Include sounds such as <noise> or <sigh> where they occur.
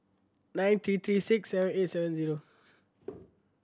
nine three three six seven eight seven zero <noise>